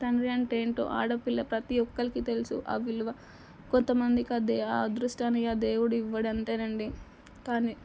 తండ్రి అంటే ఏంటో ఆడపిల్ల ప్రతీ ఒక్కరికీ తెలుసు ఆ విలువ కొంత మందికి అదే ఆ అదృష్టాన్ని ఆ దేవుడు ఇవ్వడు అంతే అండి కానీ